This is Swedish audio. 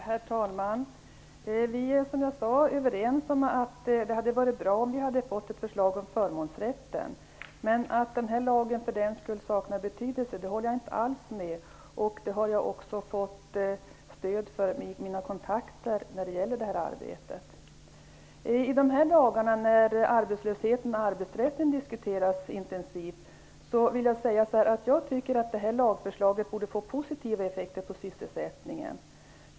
Herr talman! Vi är som jag sade överens om att det hade varit bra om vi hade fått ett förslag om förmånsrätten. Men jag håller inte alls med om att den här lagen för den skull saknar betydelse. Den uppfattningen har jag också fått stöd för genom mina kontakter när det gäller det här arbetet. I dessa dagar när arbetslösheten och arbetsrätten diskuteras intensivt tycker jag att det här lagförslaget borde få positiva effekter på sysselsättningen.